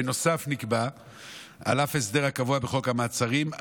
בנוסף נקבע כי על אף ההסדר הקבוע בחוק המעצרים,